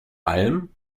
allem